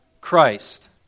Christ